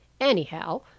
Anyhow